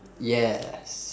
yes